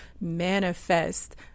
manifest